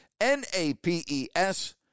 N-A-P-E-S